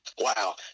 wow